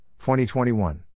2021